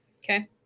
Okay